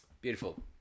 Beautiful